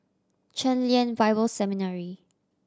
Chen Lien Bible Seminary